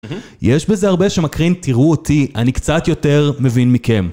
יש בזה הרבה שמקרין, תראו אותי, אני קצת יותר מבין מכם.